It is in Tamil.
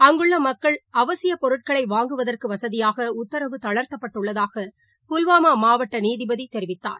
நேற்றும் அவசியபொருட்களைவாங்குவதற்குவசதியாகஉத்தரவு தளர்த்தப்பட்டுள்ளதாக புல்வாமாமாவட்டநீதிபதிதெரிவித்தார்